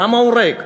שם הוא ריק.